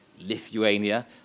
Lithuania